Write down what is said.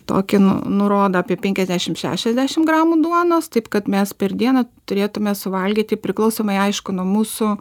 tokį nu nurodo apie penkiasdešim šešiasdešim gramų duonos taip kad mes per dieną turėtume suvalgyti priklausomai aišku nuo mūsų